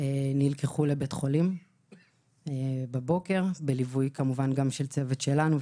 והם נלקחו לבית חולים בליווי של צוות שלנו,